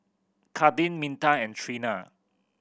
Kadyn Minta and Treena